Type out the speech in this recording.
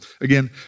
Again